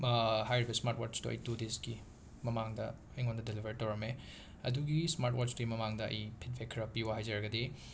ꯍꯥꯏꯔꯤꯕ ꯁ꯭ꯃꯥꯔꯠ ꯋꯥꯆꯇꯨ ꯑꯩ ꯇꯨ ꯗꯦꯖꯀꯤ ꯃꯃꯥꯡꯗ ꯑꯩꯉꯣꯟꯗ ꯗꯦꯂꯤꯕꯔ ꯇꯧꯔꯝꯃꯦ ꯑꯗꯨꯒꯤ ꯁ꯭ꯃꯥꯔꯠ ꯋꯥꯆꯇꯨꯏ ꯃꯃꯥꯡꯗ ꯑꯩ ꯐꯤꯗꯕꯦꯛ ꯈꯔ ꯄꯤꯌꯨ ꯍꯥꯏꯖꯔꯒꯗꯤ